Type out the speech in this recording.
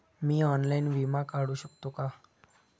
मी online विमा काढू शकते का?